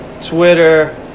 Twitter